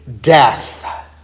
death